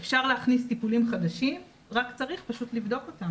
ואז אפשר להכניס טיפולים חדשים רק צריך פשוט לבדוק אותם